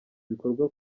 bikorwa